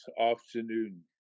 afternoon